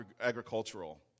agricultural